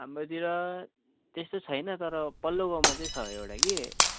हाम्रोतिर त्यस्तो छैन तर पल्लो गाउँमा चाहिँ छ एउटा कि